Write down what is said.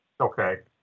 Okay